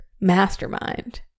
Mastermind